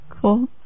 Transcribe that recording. Cool